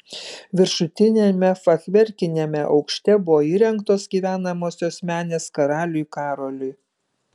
viršutiniame fachverkiniame aukšte buvo įrengtos gyvenamosios menės karaliui karoliui